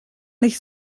nicht